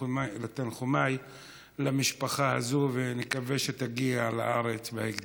תנחומיי למשפחה הזאת, ונקווה שתגיע לארץ בהקדם.